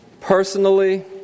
Personally